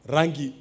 Rangi